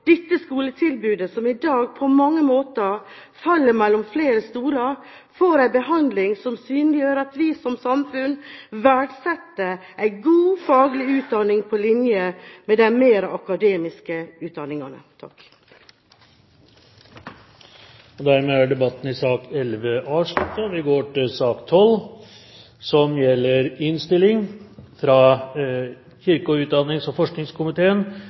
dette skoletilbudet, som i dag på mange måter faller mellom flere stoler, får en behandling som synliggjør at vi som samfunn verdsetter en god faglig utdanning på linje med de mer akademiske utdanningene. Flere har ikke bedt om ordet til sak nr. 11. Komiteen er kjent med at det i universitets- og høyskolesektoren er initiert en rekke utredninger og